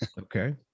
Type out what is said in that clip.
okay